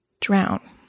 drown